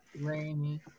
Rainy